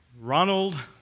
Ronald